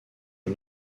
aux